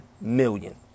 million